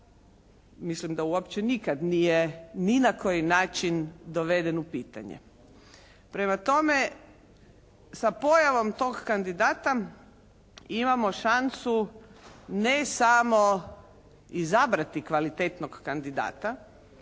mislim da uopće nikad nije ni na koji način doveden u pitanje. Prema tome, sa pojavom tog kandidata imamo šansu ne samo izabrati kvalitetnog kandidata,